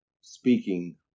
speaking